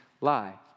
lie